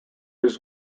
his